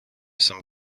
some